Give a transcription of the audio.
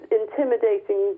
intimidating